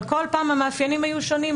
אבל כל פעם המאפיינים היו שונים.